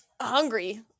hungry